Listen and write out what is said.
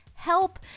help